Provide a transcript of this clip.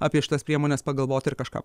apie šitas priemones pagalvot ir kažką